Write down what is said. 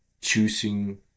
choosing